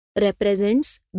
Represents